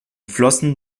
flossen